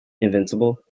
Invincible